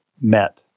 met